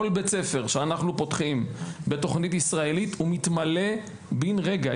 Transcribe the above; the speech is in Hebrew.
כל בית ספר שאנחנו פותחים בתוכנית ישראלית מתמלא בין רגע.